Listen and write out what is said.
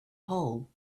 hole